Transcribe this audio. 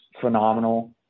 phenomenal